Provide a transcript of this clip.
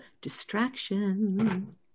distraction